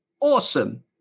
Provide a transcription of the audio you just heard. Awesome